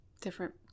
Different